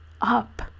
up